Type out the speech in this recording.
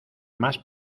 más